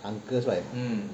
uncles right